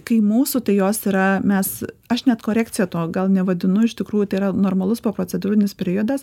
kai mūsų tai jos yra mes aš net korekcija to gal nevadinu iš tikrųjų tai yra normalus poprocedūrinis periodas